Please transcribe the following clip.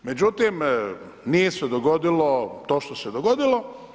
Međutim, nije se dogodilo to što se dogodilo.